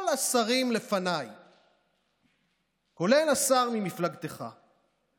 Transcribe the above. אולי בימים שבהם המתיחויות בין קואליציה לאופוזיציה ישוככו באופן ניכר,